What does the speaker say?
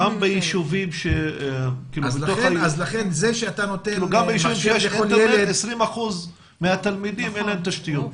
ביישוב שיש אינטרנט, ל-20% מהתלמידים אין תשתיות.